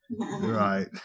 Right